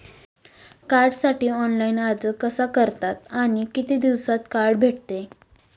कार्डसाठी ऑनलाइन अर्ज कसा करतात आणि किती दिवसांत कार्ड भेटते?